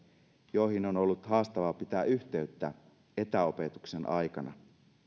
joihin on ollut haastavaa pitää yhteyttä etäopetuksen aikana